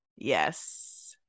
yes